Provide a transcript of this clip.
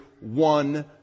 one